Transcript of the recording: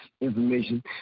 information